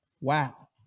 Wow